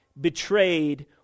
betrayed